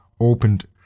opened